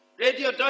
Radio